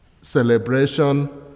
celebration